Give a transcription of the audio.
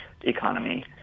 economy